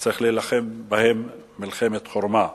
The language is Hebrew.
צריך להילחם בהם מלחמת חורמה.